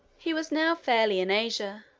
he was now fairly in asia.